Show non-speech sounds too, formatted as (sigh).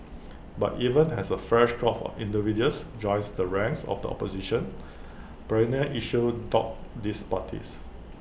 but even as A fresh crop of individuals joins the ranks of the opposition (noise) perennial issues dog these parties